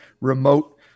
remote